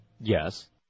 Yes